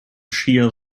shear